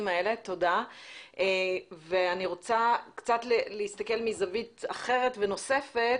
אני רוצה להסתכל מזווית אחרת ונוספת